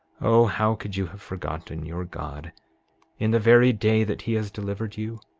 o, how could you have forgotten your god in the very day that he has delivered you?